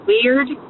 Weird